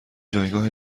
جایگاه